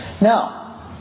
now